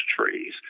trees